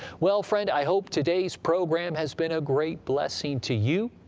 well, friend, i hope today's program has been a great blessing to you.